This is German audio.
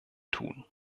tun